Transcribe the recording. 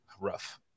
Rough